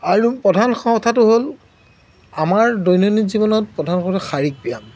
আৰু প্ৰধান কথাটো হ'ল আমাৰ দৈনন্দিন জীৱনত প্ৰধান কথাটো শাৰীৰিক ব্যায়াম